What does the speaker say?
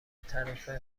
طرف